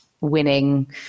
winning